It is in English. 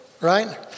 right